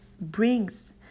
brings